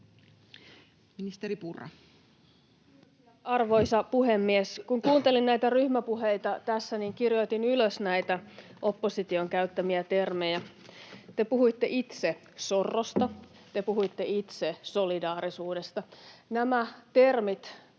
arvoisa puhemies! Kun kuuntelin näitä ryhmäpuheita tässä, niin kirjoitin ylös opposition käyttämiä termejä. Te puhuitte itse sorrosta, te puhuitte itse solidaarisuudesta. Nämä termit